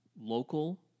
local